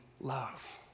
love